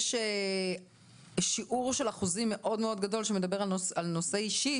יש שיעור אחוזים מאוד גדול שמדבר על נושא אישי,